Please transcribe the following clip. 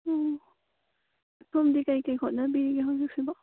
ꯁꯣꯝꯗꯤ ꯀꯔꯤ ꯀꯔꯤ ꯍꯣꯠꯅꯕꯤꯔꯤꯒꯦ ꯍꯧꯖꯤꯛꯁꯤꯕꯣ